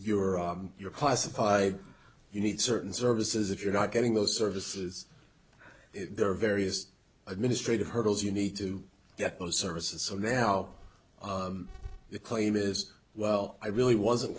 you're you're classified you need certain services if you're not getting those services there are various administrative hurdles you need to get those services so they help claim is well i really wasn't